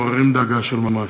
מעוררים דאגה של ממש.